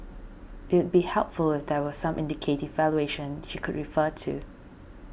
it be helpful if there were some indicative valuation she could refer to